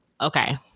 okay